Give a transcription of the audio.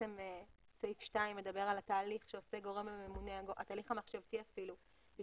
סעיף 2 מדבר על התהליך המחשבתי של הגורם